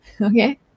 Okay